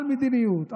על מדיניות,